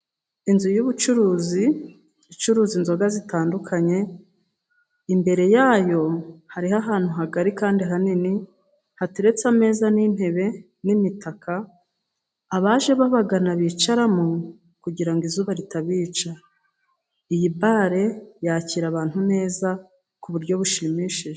Inzu y'ubucuruzi icuruza inzoga zitandukanye ,imbere yayo hariho ahantu hagari kandi hanini, hateretse ameza n'intebe ,n'imitaka abaje babagana bicaramo kugira ngo izuba ritabica. Iyi bare yakira abantu neza ku buryo bushimishije.